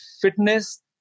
fitness